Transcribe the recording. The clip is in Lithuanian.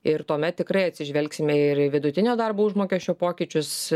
ir tuomet tikrai atsižvelgsime ir į vidutinio darbo užmokesčio pokyčius